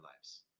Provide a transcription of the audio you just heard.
lives